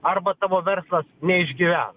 arba tavo verslas neišgyvena